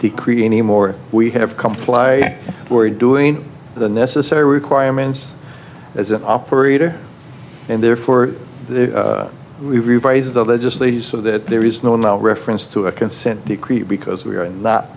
decree anymore we have comply who are doing the necessary requirements as an operator and therefore we revise the legislation so that there is no no reference to a consent decree because we are not